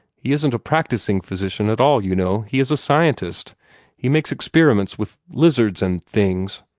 he isn't a practising physician at all, you know. he is a scientist he makes experiments with lizards and things.